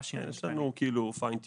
יש עוד כוונון עדין לעשות.